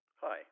Hi